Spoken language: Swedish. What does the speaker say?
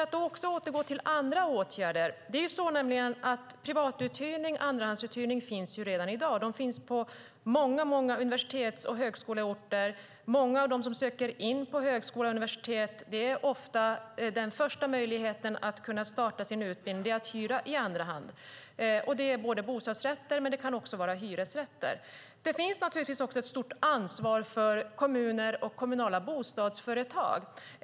Låt mig återgå till andra åtgärder. Privatuthyrning, andrahandsuthyrning, finns redan i dag. Det finns på många universitets och högskoleorter. För många av dem som söker till högskola och universitet är att hyra bostad i andra hand ofta en förutsättning för att kunna starta sin utbildning. Det är både bostadsrätter och hyresrätter som hyrs ut på detta sätt. Det vilar naturligtvis ett stort ansvar också hos kommuner och kommunala bostadsföretag.